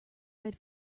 read